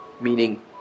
meaning